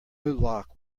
lock